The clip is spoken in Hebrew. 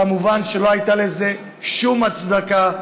כמובן, לא הייתה לזה שום הצדקה,